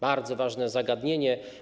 Bardzo ważne zagadnienie.